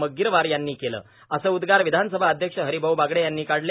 मग्गीरवार यांनी केलं असे उदगार विधानसभा अध्यक्ष हरिआऊ बागडे यांनी काढले